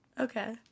Okay